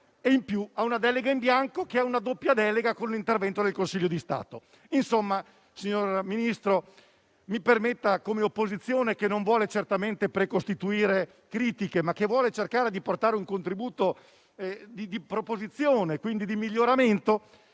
e in più a una delega in bianco che è una doppia delega con l'intervento del Consiglio di Stato. Signor Ministro, mi permetta, come opposizione che non vuole certamente precostituire critiche, ma cercare di portare un contributo di proposizione e di miglioramento,